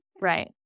Right